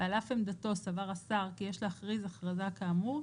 ועל אף עמדתו סבר השר כי יש להכריז אכרזה כאמור,